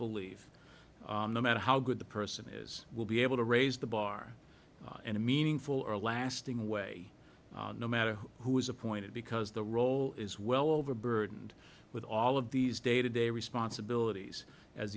believe no matter how good the person is we'll be able to raise the bar in a meaningful or lasting way no matter who is appointed because the role is well overburdened with all of these day to day responsibilities as